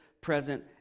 present